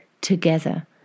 together